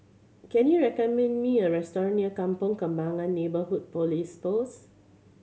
can you recommend me a restaurant near Kampong Kembangan Neighbourhood Police Post